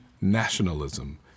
nationalism